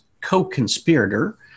co-conspirator